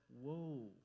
whoa